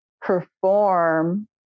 perform